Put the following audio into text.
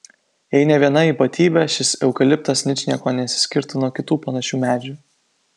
jei ne viena ypatybė šis eukaliptas ničniekuo nesiskirtų nuo kitų panašių medžių